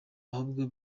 ahubwo